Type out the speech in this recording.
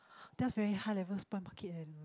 that's very high level spoil market and